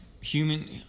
human